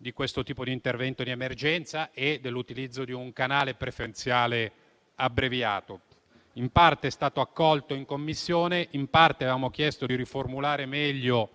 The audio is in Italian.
di questo tipo di intervento di emergenza e dell'utilizzo di un canale preferenziale abbreviato. In parte tale emendamento è stato accolto in Commissione; in parte avevamo chiesto di riformulare meglio